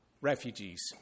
refugees